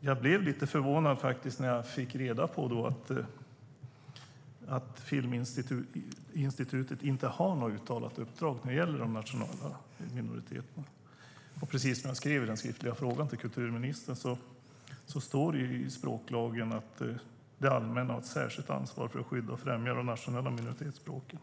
Jag blev lite förvånad när jag fick reda på att Filminstitutet inte har något uttalat uppdrag när det gäller de nationella minoriteterna. Precis som jag skrev i den skriftliga frågan till kulturministern står det i språklagen att det allmänna har ett särskilt ansvar för att skydda och främja de nationella minoritetsspråken.